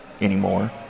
anymore